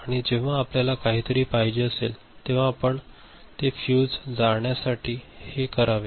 आणि जेव्हा आपल्याला काहीतरी पाहिजे असेल तेव्हा आपण तते फ्यूज जाळण्यासाठी हे करावे